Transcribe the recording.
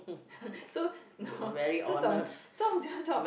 so no 这种